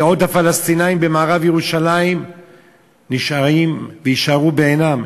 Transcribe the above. תביעות הפלסטינים במערב ירושלים נשארות ויישארו בעינן.